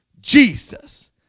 Jesus